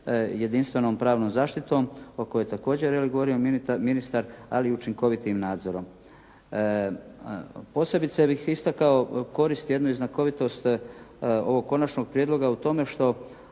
jedinstvenom pravnom zaštitom o kojoj također je li govorio ministar, ali i učinkovitim nadzorom. Posebice bih istakao koristi jednu znakovitost ovog konačnog prijedloga u tome što